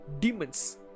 demons